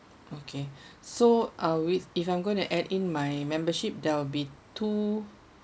okay so are with if I'm going to add in my membership there will be two